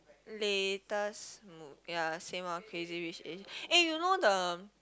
latest mo~ ya same oh Crazy Rich Asians eh you know the